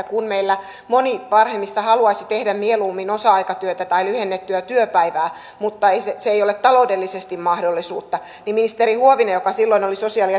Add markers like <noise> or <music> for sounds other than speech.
<unintelligible> kun meillä moni vanhemmista haluaisi tehdä mieluummin osa aikatyötä tai lyhennettyä työpäivää mutta se se ei ole taloudellisesti mahdollista niin ministeri huovinen joka silloin oli sosiaali <unintelligible>